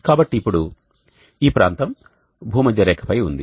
కాబట్టి ఇప్పుడు ఈ ప్రాంతం భూమధ్యరేఖపై ఉంది